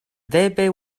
debe